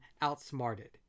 outsmarted